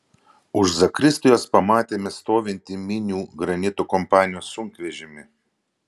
už zakristijos pamatėme stovintį minių granito kompanijos sunkvežimį